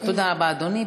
תודה רבה, אדוני.